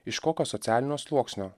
iš kokio socialinio sluoksnio